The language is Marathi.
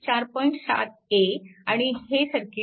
7 a आणि हे सर्किट 4